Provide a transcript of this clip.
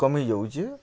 କମିଯାଉଛେ